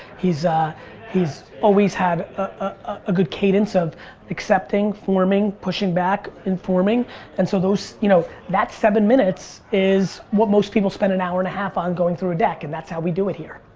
he's ah he's always had a good cadence of accepting, forming, pushing back, informing and so those you know that seven minutes is what most people spend an hour and half on going through deck and that's how we do it here.